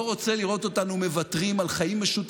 זה אפשרי.